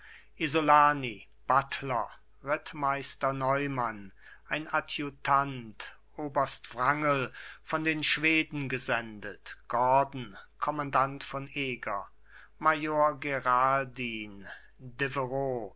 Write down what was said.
isolani buttler rittmeister neumann ein adjutant oberst wrangel von den schweden gesendet gordon kommandant von eger major geraldin